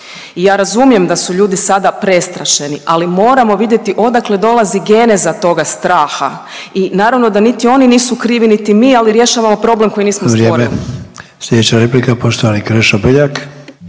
i ja razumijem da su ljudi sada prestrašeni, ali moramo vidjeti odakle dolazi geneza toga straha i naravno da niti oni nisu krivi niti mi, ali rješavamo problem koji nismo stvorili.